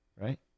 right